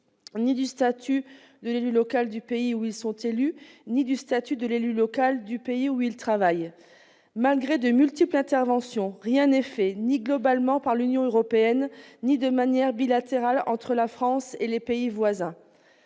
du statut de l'élu local ni dans le pays où ils sont élus ni dans celui où ils travaillent. Malgré de multiples interventions, rien n'est fait, que ce soit globalement, par l'Union européenne, ou de manière bilatérale entre la France et les pays voisins.